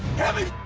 have me